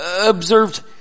observed